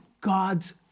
God's